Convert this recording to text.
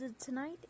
tonight